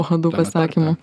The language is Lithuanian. uodų pasakymu